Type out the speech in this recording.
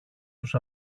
τους